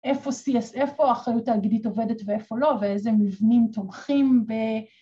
‫איפה CSF או החיות האגדית עובדת ואיפה לא, ‫ואיזה מבנים תומכים ב...